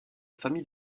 famille